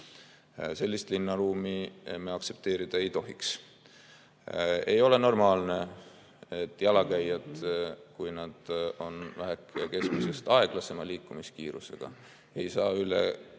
Sellist linnaruumi me aktsepteerida ei tohiks. Ei ole normaalne, et jalakäijad, kui nad on keskmisest aeglasema liikumiskiirusega, ei saa